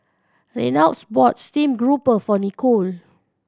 Reynolds bought steamed grouper for Nicole